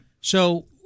So-